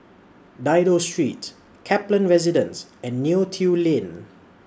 Dido Street Kaplan Residence and Neo Tiew Lane